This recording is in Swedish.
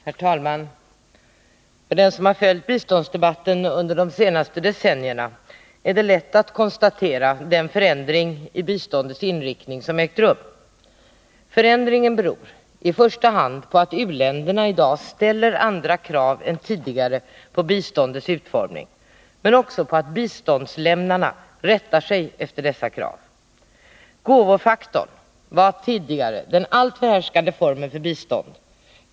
Herr talman! För den som följt biståndsdebatten under de senaste decennierna är det lätt att konstatera den förändring i biståndets inriktning som ägt rum. Förändringen beror i första hand på att u-länderna i dag ställer andra krav än tidigare på biståndets utformning men också på att biståndslämnarna rättar sig efter dessa krav. Gåvofaktorn var tidigare den allt förhärskande formen för bistånd.